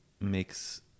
makes